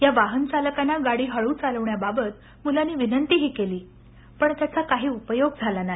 या वाहनचालकांना गाडी हळू चालवण्याबाबत मुलांनी विनंतीही केली पण त्याचा काही उपयोग झाला नाही